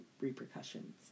repercussions